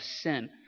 sin